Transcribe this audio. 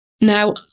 Now